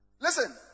Listen